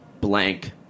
blank